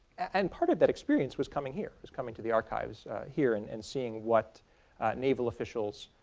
and part of that experience was coming here, was coming to the archives here and and seeing what naval officials,